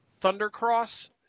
Thundercross